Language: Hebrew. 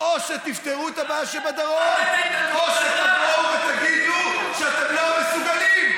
או שתפתרו את הבעיה בדרום או שתבואו ותגידו שאתם לא מסוגלים,